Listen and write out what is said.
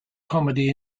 comedy